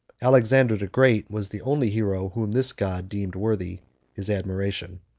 alexander the great was the only hero whom this god deemed worthy his admiration.